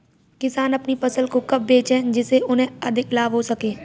किसान अपनी फसल को कब बेचे जिसे उन्हें अधिक लाभ हो सके?